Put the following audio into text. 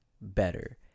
better